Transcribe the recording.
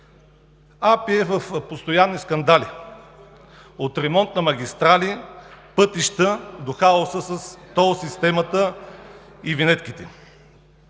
АПИ е в постоянни скандали – от ремонт на магистрали, пътища до хаоса с тол системата и винетките.